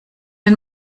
den